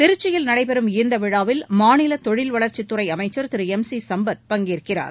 திருச்சியில் நடைபெறும் இந்த விழாவில் மாநில தொழில் வளர்ச்சித்துறை அமைச்சர் திரு எம் சி சம்பத் பங்கேற்கிறார்